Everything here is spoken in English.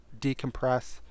decompress